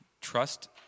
Trust